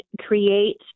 create